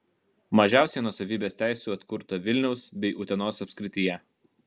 mažiausiai nuosavybės teisių atkurta vilniaus bei utenos apskrityje